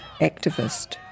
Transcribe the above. activist